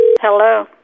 Hello